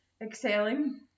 exhaling